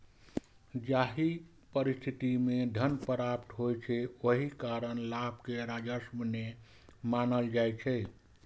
जाहि परिस्थिति मे धन प्राप्त होइ छै, ओहि कारण लाभ कें राजस्व नै मानल जाइ छै